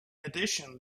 addition